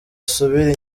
asubire